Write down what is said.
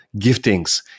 giftings